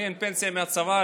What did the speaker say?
לי אין פנסיה מהצבא,